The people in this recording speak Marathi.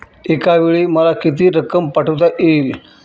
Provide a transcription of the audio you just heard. एकावेळी मला किती रक्कम पाठविता येईल?